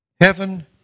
heaven